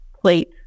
plate